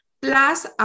plus